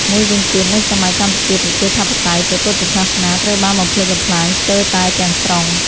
មួយវិញទៀត នៅសម័យកម្ពុជាប្រជាធិបតេយ្យ ព្រះពុទ្ធសាសនាត្រូវបានបំផ្លិចបំផ្លាញស្ទើរតែទាំង ស្រុង ។